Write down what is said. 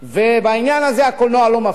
ובעניין הזה הקולנוע לא מבחין.